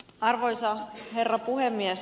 arvoisa herra puhemies